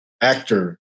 actor